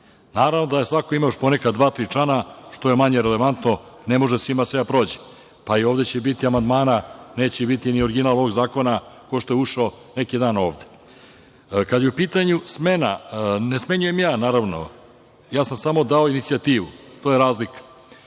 Naravno da je svako imao još poneka dva, tri člana, što je manje relevantno, ne može svima sve da prođe. Pa, i ovde će biti amandmana, neće biti ni original ovog zakona kao što je ušao neki dan ovde. Kada je u pitanju smena, ne smenjujem ja, naravno. Ja sam samo dao inicijativu. To je razlika.